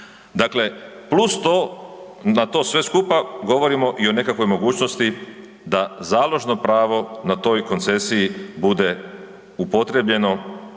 Dakle, plus to, na to sve skupa govorimo i o nekakvoj mogućnosti da založno pravo na toj koncesiji bude upotrijebljeno